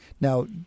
Now